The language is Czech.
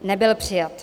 Nebyl přijat.